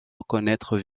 reconnaître